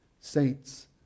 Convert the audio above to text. saints